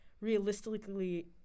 realistically